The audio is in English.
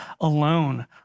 alone